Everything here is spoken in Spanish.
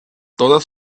todas